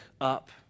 up